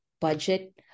budget